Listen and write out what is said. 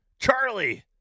Charlie